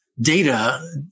data